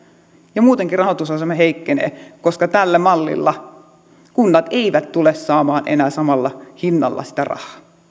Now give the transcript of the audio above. ja muutenkin rahoitusasema heikkenee koska tällä mallilla kunnat eivät tule saamaan enää samalla hinnalla sitä rahaa